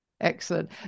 Excellent